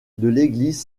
l’église